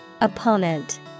Opponent